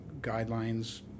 guidelines